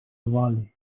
volley